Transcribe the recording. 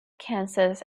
kansas